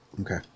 Okay